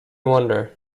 wonder